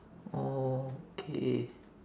oh K